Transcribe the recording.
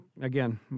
again